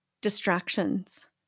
distractions